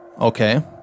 Okay